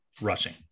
rushing